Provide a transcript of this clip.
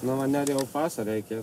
nu va nerijau paso reikia